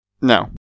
No